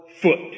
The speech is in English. foot